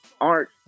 art